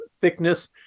thickness